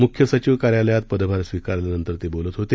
मुख्य सचिव कार्यालयात पदभार स्वीकारल्यानंतर ते बोलत होते